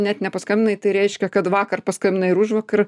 net nepaskambinai tai reiškia kad vakar paskambinai ir užvakar